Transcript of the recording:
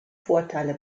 vorteile